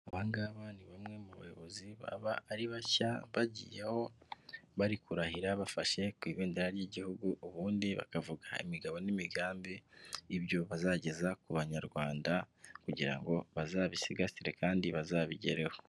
Aba ngaba ni bamwe mu bayobozi baba ari bashya bagiyeho bari kurahira bafashe ku ibendera ry'igihugu ubundi bakavuga imigabo n'imigambi ibyo bazageza ku banyarwanda kugira ngo bazabisigasire kandi bazabigereho.